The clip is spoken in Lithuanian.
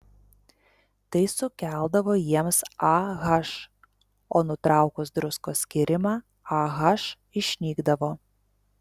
tai sukeldavo jiems ah o nutraukus druskos skyrimą ah išnykdavo